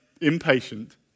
impatient